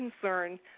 concern